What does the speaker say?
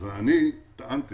אני טענתי